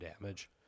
damage